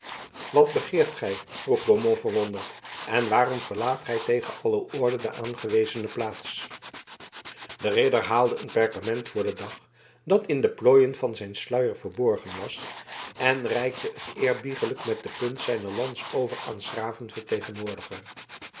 wat begeert gij vroeg beaumont verwonderd en waarom verlaat gij tegen alle orde de u aangewezene plaats de ridder haalde een perkament voor den dag dat in de plooien van zijn sluier verborgen was en reikte het eerbiediglijk met de punt zijner lans over aan s graven vertegenwoordiger